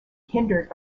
hindered